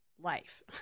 life